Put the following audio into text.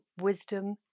wisdom